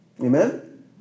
Amen